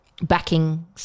backing